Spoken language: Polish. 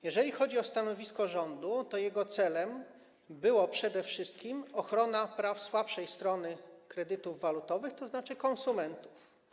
Jeżeli chodzi o stanowisko rządu, to jego celem była przede wszystkim ochrona praw słabszej strony kredytów walutowych, tzn. konsumentów.